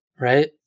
right